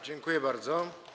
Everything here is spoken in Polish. Dziękuję bardzo.